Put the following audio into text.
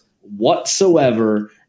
whatsoever